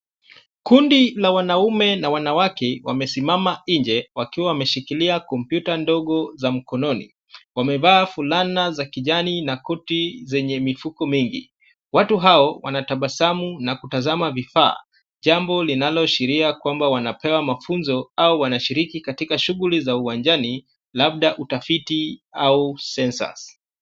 Kundi la wanaume na wanawake wamesimama nje wakiwa wameshikilia kompyuta ndogo za mikononi. Wamevaa fulana za kijani na koti zenye mifuko mengi. Watu hao wanatabasamu na kutazama vifaa. Jambo linaloashiria kwamba wanapewa mafunzo au wanashiriki katika shughuli za uwanjani labda za utafiti au [c]census [c].